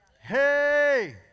Hey